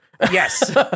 Yes